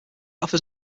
offers